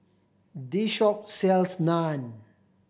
the shop sells Naan